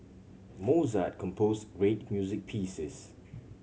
Mozart composed great music pieces